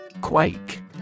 Quake